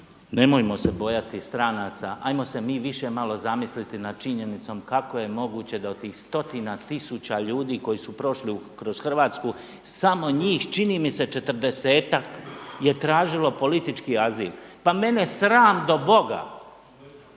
nemojmo se bojati stranaca, ajmo se mi više malo zamisliti nad činjenicom kako je moguće da od tih stotina tisuća ljudi koji su prošli kroz Hrvatsku samo njih čini mi se 40-ak je tražilo politički azil. Pa mene sram do Boga